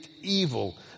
evil